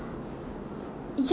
y~